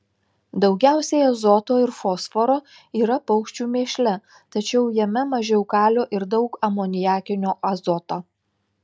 daugiausiai azoto ir fosforo yra paukščių mėšle tačiau jame mažiau kalio ir daug amoniakinio azoto